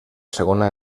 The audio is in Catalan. segona